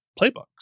playbooks